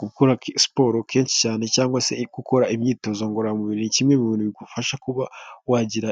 Gukora siporo kenshi cyane cyangwa sekora imyitozo ngororamubiri ni kimwe mu bintu bigufasha kuba wagira